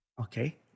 Okay